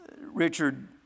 Richard